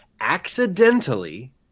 accidentally